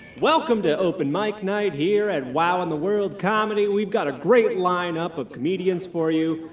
welcome to open mic night here at wow in the world comedy. we've got a great lineup of comedians for you.